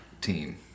team